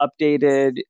updated